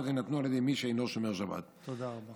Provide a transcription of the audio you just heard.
יינתנו על ידי מי שאינו שומר שבת?" תודה רבה.